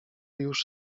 już